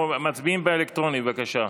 אנחנו מצביעים באלקטרוני, בבקשה.